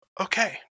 okay